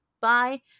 bye